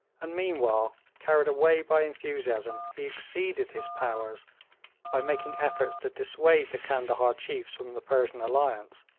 and meanwhile, carried away by enthusiasm, he exceeded his powers by making efforts to dissuade the candahar chiefs from the persian alliance,